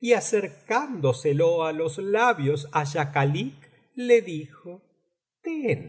y acercándoselo á los labios á schakalik le dijo ten